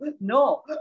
no